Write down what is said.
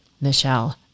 Michelle